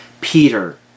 Peter